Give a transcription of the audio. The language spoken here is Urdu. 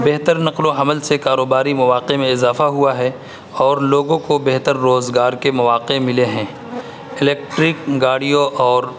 بہتر نقل و حمل سے کاروباری مواقع میں اضافہ ہوا ہے اور لوگوں کو بہتر روزگار کے مواقع ملے ہیں الیکٹرک گاڑیوں اور